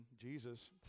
Jesus